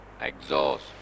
exhaust